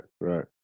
right